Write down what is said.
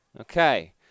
Okay